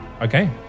Okay